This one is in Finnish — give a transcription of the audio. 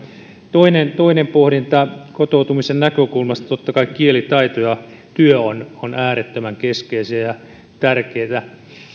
toinen toinen pohdinta kotoutumisen näkökulmasta totta kai kielitaito ja työ ovat äärettömän keskeisiä ja tärkeitä